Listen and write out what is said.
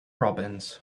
robins